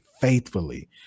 faithfully